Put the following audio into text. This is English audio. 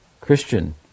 Christian